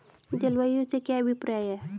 जलवायु से क्या अभिप्राय है?